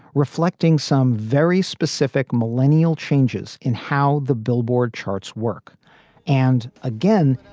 reflecting some very specific millennial changes in how the billboard charts work and again,